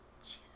Jesus